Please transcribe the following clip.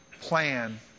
plan